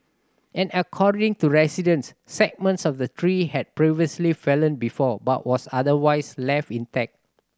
and according to residents segments of the tree had previously fallen before but was otherwise left intact